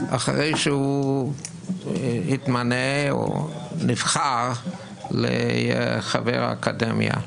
אחרי שהוא התמנה או נבחר לחבר האקדמיה.